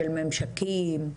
של ממשקים.